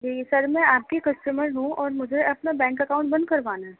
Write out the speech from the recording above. جی sir میں آپ کی کسٹمر ہوں اور مجھے اپنا بینک اکاؤنٹ بند کروانا ہے